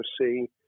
see